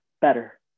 better